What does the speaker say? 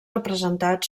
representat